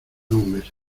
hombres